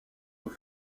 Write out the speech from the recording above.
aux